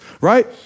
right